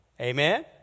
Amen